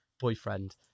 boyfriend